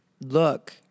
look